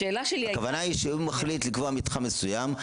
הכוונה היא שהוא מחליט לקבוע מתחם מסוים,